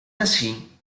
así